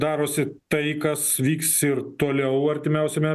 darosi tai kas vyks ir toliau artimiausiame